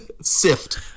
sift